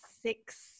six